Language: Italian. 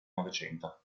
novecento